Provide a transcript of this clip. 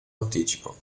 anticipo